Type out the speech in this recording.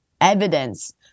evidence